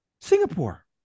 Singapore